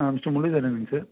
mister முரளிதரனுங்களா sir